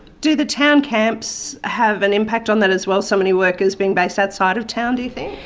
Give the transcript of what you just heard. do the town camps have an impact on that as well, so many workers being based outside of town, do you think?